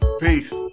Peace